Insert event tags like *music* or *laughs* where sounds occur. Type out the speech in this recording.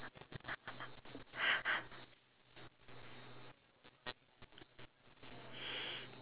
*laughs*